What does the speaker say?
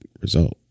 result